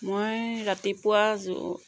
মই ৰাতিপুৱা যো